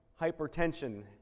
hypertension